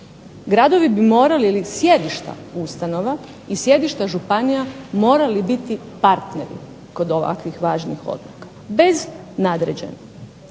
Gradovi bi morali ili sjedišta ustanova i sjedišta županija morali biti partneri kod ovakvih važnih odluka, bez nadređenog.